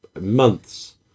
months